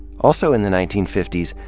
also in the nineteen fifty s,